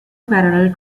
parallel